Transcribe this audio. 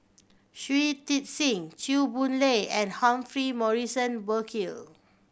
Shui Tit Sing Chew Boon Lay and Humphrey Morrison Burkill